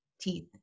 teeth